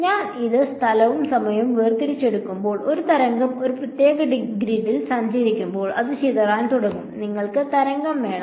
ഞാൻ ഇത് സ്ഥലവും സമയവും വേർതിരിച്ചെടുക്കുമ്പോൾ ഒരു തരംഗം ഒരു പ്രത്യേക ഗ്രിഡിൽ സഞ്ചരിക്കുമ്പോൾ അത് ചിതറാൻ തുടങ്ങും നിങ്ങൾക്ക് തരംഗം വേണം